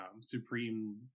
Supreme